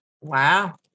Wow